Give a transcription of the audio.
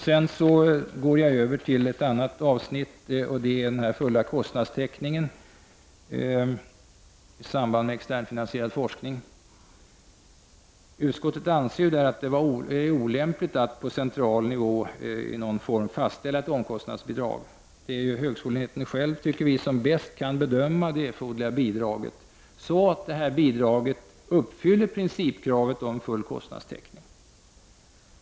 Jag går nu över till det avsnitt som gäller full kostnadstäckning i samband med externfinansierad forskning. Utskottet anser att det är olämpligt att på central nivå i någon form fastställa ett omkostnadsbidrag. Det är högskoleenheten själv som bäst kan bedöma det erforderliga bidraget, så att detta uppfyller principkravet om full kostnadstäckning.